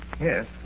Yes